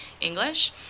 English